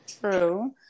True